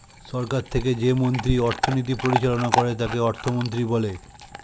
সরকার থেকে যে মন্ত্রী অর্থনীতি পরিচালনা করে তাকে অর্থমন্ত্রী বলে